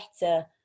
better